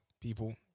People